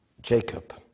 Jacob